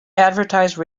advertise